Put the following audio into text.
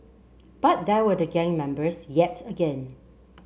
but there were the gang members yet again